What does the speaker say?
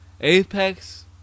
Apex